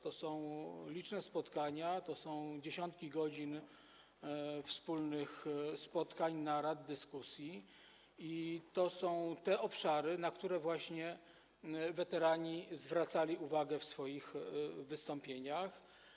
To są liczne spotkania, to są dziesiątki godzin wspólnych spotkań, narad, dyskusji i to są te obszary, na które właśnie weterani zwracali uwagę w swoich wystąpieniach.